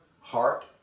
heart